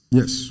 yes